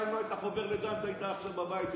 אתה, אם לא היית חובר לגנץ, היית עכשיו בבית יושב.